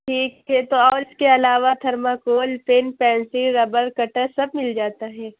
ٹھیک ہے تو اور اس کے علاوہ thermocol pen pencil rubber cutter سب مل جاتا ہے